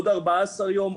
עוד 14 יום,